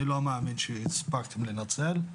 אני לא מאמין שהספקתם לנצל.